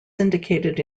syndicated